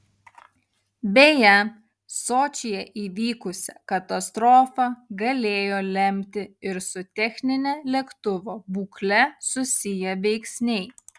beje sočyje įvykusią katastrofą galėjo lemti ir su technine lėktuvo būkle susiję veiksniai